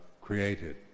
created